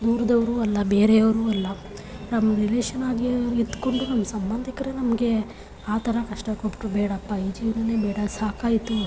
ದೂರದವರೂ ಅಲ್ಲ ಬೇರೆಯವರೂ ಅಲ್ಲ ನಮ್ಮ ರಿಲೇಷನ್ನಾಗೇ ಇದ್ದುಕೊಂಡು ನಮ್ಮ ಸಂಬಂಧಿಕರೇ ನಮಗೆ ಆ ಥರ ಕಷ್ಟ ಕೊಟ್ಟರು ಬೇಡಪ್ಪಾ ಈ ಜೀವ್ನವೇ ಬೇಡ ಸಾಕಾಯಿತು